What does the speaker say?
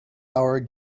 hour